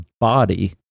body